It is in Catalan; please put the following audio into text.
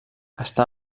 està